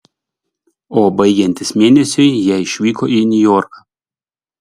o baigiantis mėnesiui jie išvyko į niujorką